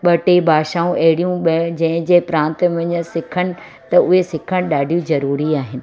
ॿ टे भाषाऊं अहिड़ियूं ॿ जंहिं जंहिं प्रांत में वञे सिखनि त उहे सिखणु ॾाढी ज़रूरी आहिनि